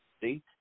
See